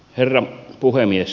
herra puhemies